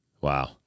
Wow